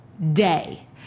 day